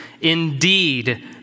Indeed